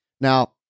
Now